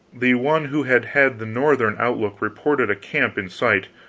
the one who had had the northern outlook reported a camp in sight,